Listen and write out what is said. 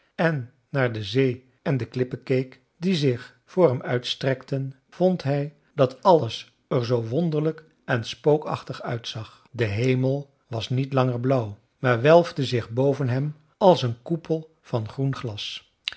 en naar de zee en de klippen keek die zich voor hem uitstrekten vond hij dat alles er zoo wonderlijk en spookachtig uitzag de hemel was niet langer blauw maar welfde zich boven hem als een koepel van groen glas